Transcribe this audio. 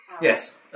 Yes